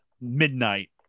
midnight